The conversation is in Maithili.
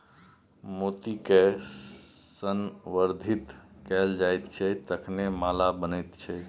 मोतीकए संवर्धित कैल जाइत छै तखने माला बनैत छै